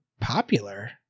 popular